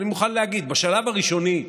אני מוכן להגיד: בשלב הראשוני,